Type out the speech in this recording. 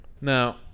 Now